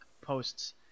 posts